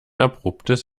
abruptes